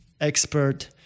expert